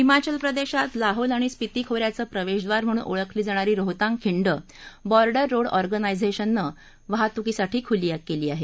हिमाचल प्रदेशात लाहौल आणि स्पिती खोऱ्याचं प्रवेशद्वार म्हणून ओळखली जाणारी रोहतांग खिंड बॉर्डर रोड ऑर्गेनायझेशन संघटनेने वाहतूकीसाठी खुली केली आहे